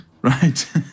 Right